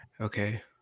Okay